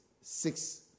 six